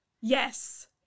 Yes